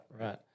right